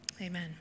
Amen